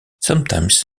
sometimes